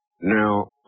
Now